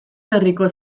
berriko